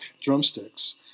Drumsticks